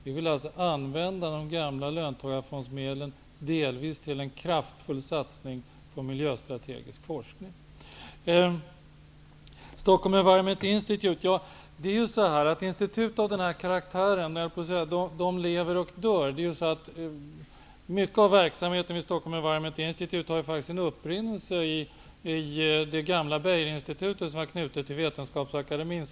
Vi vill använda de gamla löntagarfondsmedlen delvis till en kraftfull satsning på miljöstrategisk forskning. Vidare har vi frågan om Stockholm Environment Institute. Institut av denna karaktär lever och dör. Environment Institute har sin upprinnelse i det gamla Beijerinstitutet som var knutet till Vetenskapsakademien.